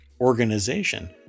organization